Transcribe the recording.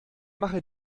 mache